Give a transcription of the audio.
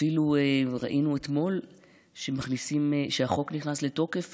אפילו ראינו אתמול שהחוק נכנס לתוקף